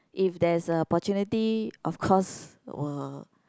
if there is a opportunity of course will